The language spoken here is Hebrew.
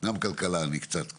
גם כלכלה אני קצת מבין.